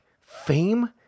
fame